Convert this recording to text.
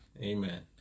Amen